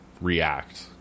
react